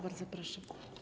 Bardzo proszę.